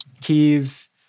keys